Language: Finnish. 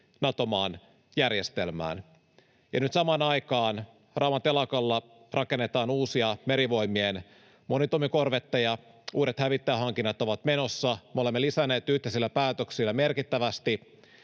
Nato-maan järjestelmään. Nyt samaan aikaan Rauman telakalla rakennetaan uusia Merivoimien monitoimikorvetteja, uudet hävittäjähankinnat ovat menossa, me olemme lisänneet yhteisillä päätöksillä merkittävästi